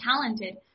talented